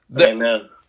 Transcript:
Amen